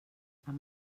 amb